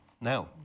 now